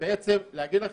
ובעצם להגיד לכם,